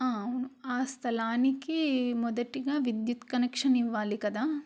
అవును ఆ స్థలానికి మొదటిగా విద్యుత్ కనెక్షన్ ఇవ్వాలి కదా